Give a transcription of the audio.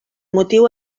motiu